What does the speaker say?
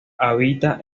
habita